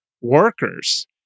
workers